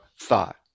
thought